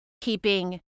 keeping